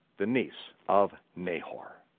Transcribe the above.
the niece of nahor.